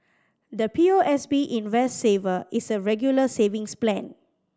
the P O S B Invest Saver is a Regular Savings Plan